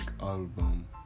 album